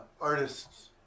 artists